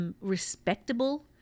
respectable